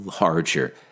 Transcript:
larger